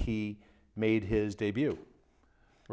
he made his debut